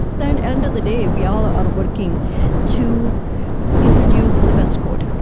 the and end of the day, we all are working to introduce the best code,